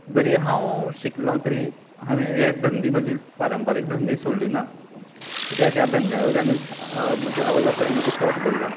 जरी हांव शिकलों तरी हांवें हे धंदे म्हजे पारंपारीक धंदे म्हजे सोडले ना कित्याक ह्या धंद्यावयल्यानच म्हज्या आवय बापायन म्हजे पोट भरल्या